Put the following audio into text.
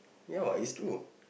ya what is true